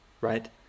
right